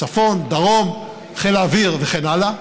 צפון, דרום, חיל האוויר וכן הלאה,